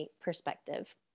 perspective